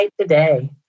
today